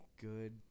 good